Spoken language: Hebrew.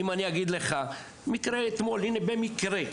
הנה, מקרה מאתמול, במקרה: